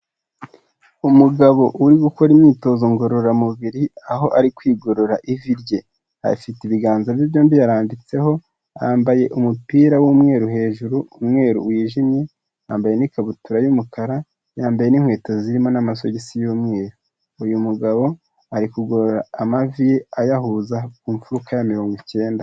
Umugabo uri gukora imyitozo ngororamubiri aho ari kwigorora ivi rye, afite ibiganza bye byombi yaranditseho yambaye umupira w'umweru hejuru ,umweru wijimye yambaye n'ikabutura y'umukara, yambaye n'inkweto zirimo n'amasogisi y'umweru, uyu mugabo ari kugorora amavi ye ayahuza ku mfuruka ya mirongo icyenda.